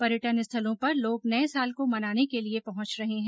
पर्यटन स्थलों पर लोग नये साल को मनाने के लिए पहुंच रहे है